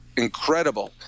incredible